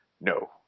no